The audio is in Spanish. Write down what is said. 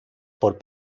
por